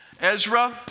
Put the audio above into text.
Ezra